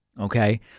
Okay